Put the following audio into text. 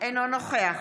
אינו נוכח